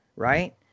Right